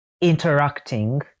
interacting